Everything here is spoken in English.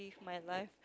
my life